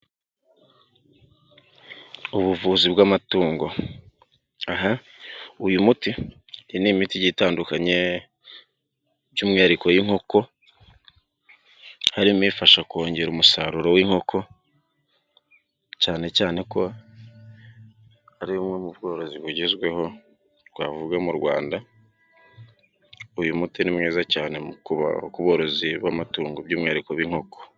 Ubuvuzi bw'amatungo aha uyu muti, iyi ni imiti igiye itandukanye by'umwihariko y'inkoko, harimo ifasha kongera umusaruro w'inkoko cyane cyane ko ari bumwe mu bworozi bugezweho twavuga mu Rwanda, uyu muti ni mwiza cyane ku borozi b'amatungo by'umwihariko b'inkoko.